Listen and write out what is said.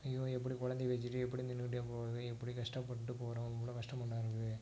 ஐயோ எப்படி கொழந்தைய வெச்சுட்டு எப்டி நின்னுக்கிட்டே போறது எப்டி கஷ்டப்பட்டு போகிறோம் இவ்வளோ கஷ்டமாக இருக்குது